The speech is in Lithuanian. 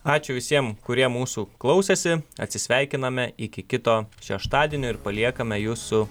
ačiū visiem kurie mūsų klausėsi atsisveikiname iki kito šeštadienio ir paliekame jūsų